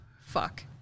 Fuck